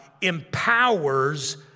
empowers